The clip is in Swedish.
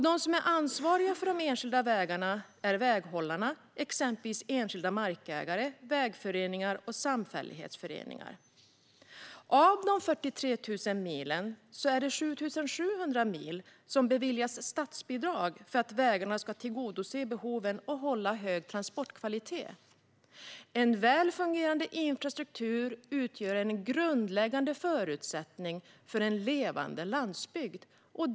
De som är ansvariga för de enskilda vägarna är väghållarna, exempelvis enskilda markägare, vägföreningar eller samfällighetsföreningar. Av de 43 000 milen är det 7 700 mil som beviljas statsbidrag för att vägarna ska tillgodose behoven och hålla hög transportkvalitet. En väl fungerande infrastruktur utgör en grundläggande förutsättning för en levande landsbygd.